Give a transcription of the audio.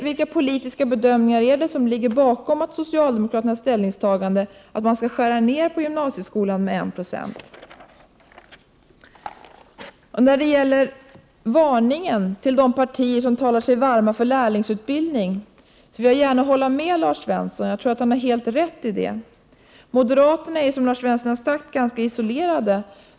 Vilka politiska bedömningar ligger bakom socialdemokraternas ställningstagande att man skall skära ned på gymnasieskolan med 197? När det gäller varningen till de partier som talar sig varma för lärlingsutbildning, håller jag gärna med Lars Svensson. Jag tror att han har helt rätt i det. Moderaterna är, som Lars Svensson har sagt, ganska isolerade.